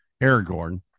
Aragorn